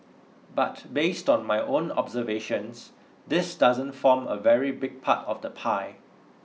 but based on my own observations this doesn't form a very big part of the pie